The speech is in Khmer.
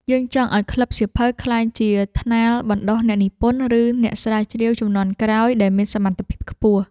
យើងចង់ឱ្យក្លឹបសៀវភៅក្លាយជាថ្នាលបណ្ដុះអ្នកនិពន្ធ ឬអ្នកស្រាវជ្រាវជំនាន់ក្រោយដែលមានសមត្ថភាពខ្ពស់។